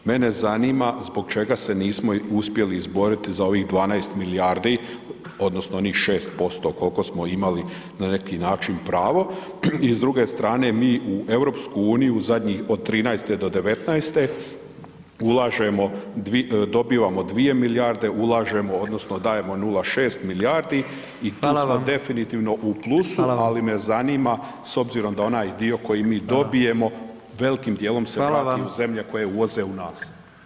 Mene zanima zbog čega se nismo uspjeli izboriti za ovih 12 milijardi odnosno onih 6% koliko smo imali na neki način pravo i s druge strane mi u EU zadnjih od '13. do '19. ulažemo, dobivamo 2 milijarde, ulažemo odnosno 0,6 milijardi [[Upadica: Hvala vam.]] i tu smo definitivno u plusu, ali me zanima s obzirom da onaj dio koji mi dobijemo velkim dijelom se [[Upadica: Hvala vam.]] vrati u zemlje koje uvoze u nas.